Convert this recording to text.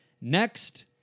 next